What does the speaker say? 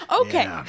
Okay